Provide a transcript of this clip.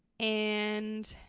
and